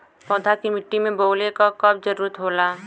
पौधा के मिट्टी में बोवले क कब जरूरत होला